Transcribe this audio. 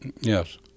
Yes